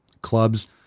Clubs